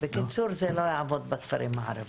בקיצור, זה לא יעבוד בכפרים הערביים.